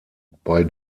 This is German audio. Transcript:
bei